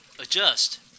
adjust